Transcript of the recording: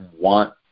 want